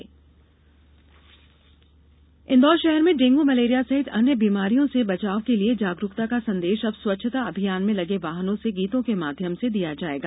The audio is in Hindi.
स्वच्छता अभियान इंदौर शहर में डेंगू मलेरिया सहित अन्य बीमारियों से बचाव के लिए जागरुकता का संदेश अब स्वच्छता अभियान में लगे वाहनों से गीतों के माध्यम से दिया जाएगा